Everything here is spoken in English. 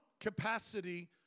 capacity